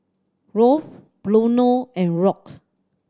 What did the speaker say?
Rolf Bruno and Rock